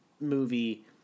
movie